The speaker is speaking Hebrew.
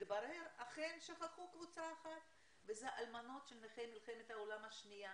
מתברר שאכן שכחו קבוצה אחת וזה האלמנות של נכי מלחמת העולם השנייה